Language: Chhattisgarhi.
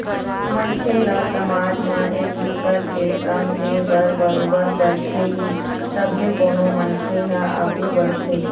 मनखे ल समाज म एक दुसर के संग दे बर बरोबर परथे ही तभे कोनो मनखे ह आघू बढ़थे